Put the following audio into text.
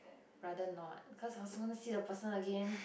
rather not cause I also won't see the person again